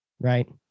right